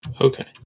Okay